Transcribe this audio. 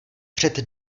před